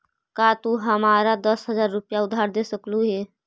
का तू हमारा दस हज़ार रूपए उधार दे सकलू हे?